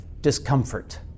discomfort